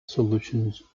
solutions